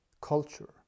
culture